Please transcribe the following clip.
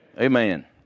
Amen